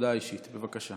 הודעה אישית, בבקשה.